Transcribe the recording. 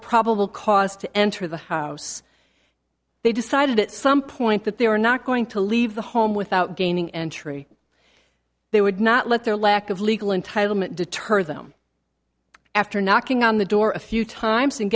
probable cause to enter the house they decided at some point that they were not going to leave the home without gaining entry they would not let their lack of legal entitlement deter them after knocking on the door a few times and